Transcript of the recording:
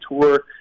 tour